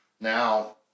Now